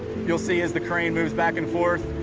you'll see as the crane moves back and forth,